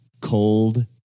cold